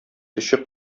төче